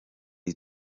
iyi